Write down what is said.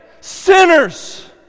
sinners